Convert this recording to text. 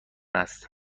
است